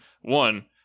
one